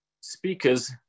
speakers